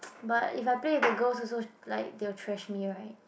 but if I play the girls also like they will trash me right